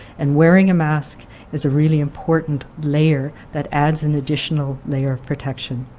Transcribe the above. and wearing a mask is a really important layer that adds an additional layer of protection.